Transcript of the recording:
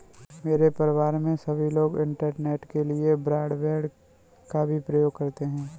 मेरे परिवार में सभी लोग इंटरनेट के लिए ब्रॉडबैंड का भी प्रयोग करते हैं